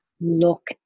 look